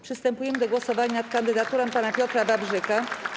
Przystępujemy do głosowania nad kandydaturą pana Piotra Wawrzyka.